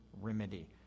remedy